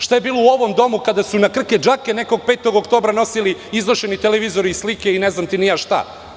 Šta je bilo u ovom domu kada su na krke-džake nekog 5. oktobra nosili, iznošeni televizori i slike i ne znam ti ni ja šta?